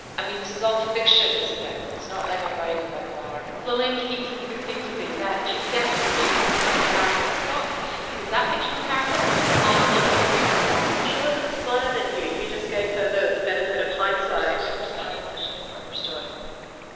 i mean, this is all fiction, isn't it? it's not like i'm writing a memoir laaleen keeps insisting to me that she's definitely not that fictional character. it's not me. because that fictional character was smart enough to leave the guy she wasn't smarter than you. you just gave her the the benefit of hindsight there were signs i should have understood.